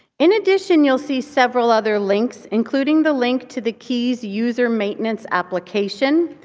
in addition, you'll see several other links including the link to the qies user maintenance application.